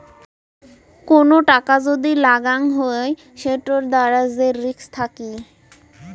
কোন টাকা যদি লাগাং হই সেটোর দ্বারা যে রিস্ক থাকি